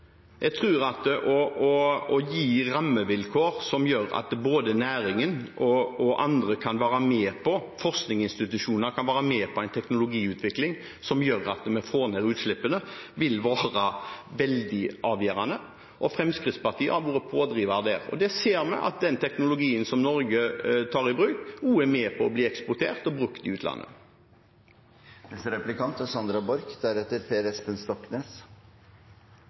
Jeg tror at det å gi rammevilkår som gjør at både næringen og forskningsinstitusjoner kan være med på en teknologiutvikling som gjør at vi får ned utslippene, vil være veldig avgjørende. Fremskrittspartiet har vært en pådriver der. Og vi ser at den teknologien som Norge tar i bruk, blir eksportert og brukt i utlandet. Senterpartiet er særlig opptatt av at det skal være midler tilgjengelig til konkrete tiltak som fungerer i